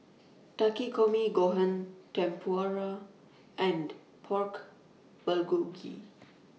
Takikomi Gohan Tempura and Pork Bulgogi